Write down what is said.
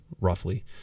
roughly